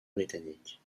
britannique